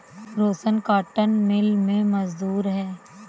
रोशन cotton mill में मजदूर है